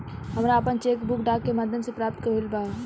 हमरा आपन cheque book डाक के माध्यम से प्राप्त भइल ह